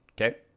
okay